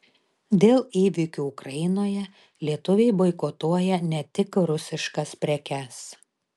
dėl įvykių ukrainoje lietuviai boikotuoja ne tik rusiškas prekes